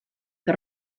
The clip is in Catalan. que